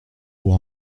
pour